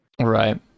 Right